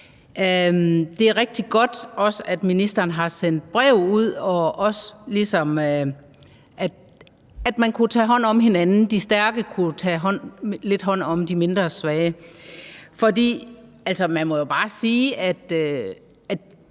Det er også rigtig godt, at ministeren har sendt brev ud og har sagt, at man kunne tage hånd om hinanden, altså at de stærke kunne tage lidt hånd om de mindre stærke. For man må jo bare sige